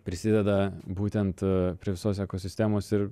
prisideda būtent prie visos ekosistemos ir